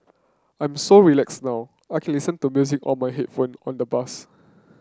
I'm so relaxed now I can listen to music on my headphone on the bus